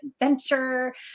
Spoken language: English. adventure